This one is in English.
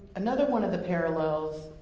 another one of the parallels,